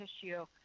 tissue